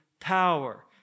Power